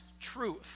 truth